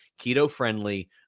keto-friendly